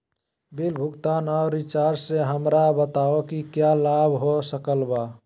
Bill भुगतान और recharge से हमरा बताओ कि क्या लाभ हो सकल बा?